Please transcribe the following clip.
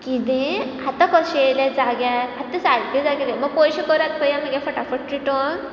किदें आतां कशे येयले जाग्यार आतां सारके जाग्यार येयले मागीर पयशे परत करा फटाफट रिटन बरें